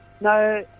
No